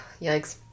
yikes